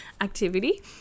activity